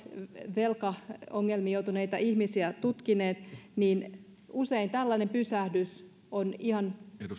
velkaongelmiin joutuneita ihmisiä tutkineet tällainen pysähdys on usein ihan